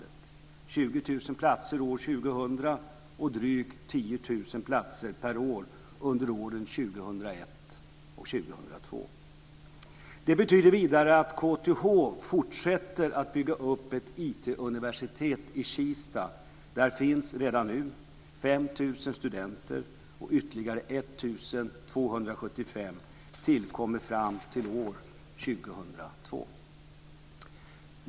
Det blir 20 000 platser år 2000 och drygt 10 000 platser per år under åren 2001 och 2002. Det betyder vidare att KTH fortsätter att bygga upp ett IT-universitet i Kista. Där finns redan nu 5 000 studenter, och ytterligare 1 275 tillkommer fram till år 2002.